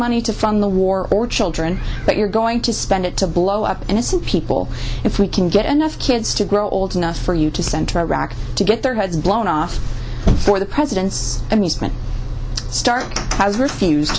money to fund the war or children but you're going to spend it to blow up innocent people if we can get enough kids to grow old enough for you to send to iraq to get their heads blown off for the president's amusement start has refused